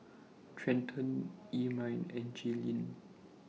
Trenten Ermine and Jalynn